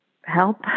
help